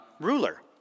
ruler